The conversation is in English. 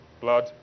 blood